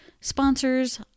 sponsors